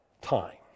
time